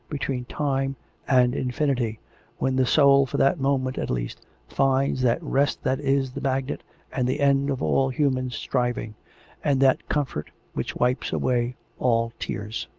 between time and infinity when the soul for that moment at least finds that rest that is the magnet and the end of all human striving and that comfort which wipes away all tears.